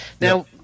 now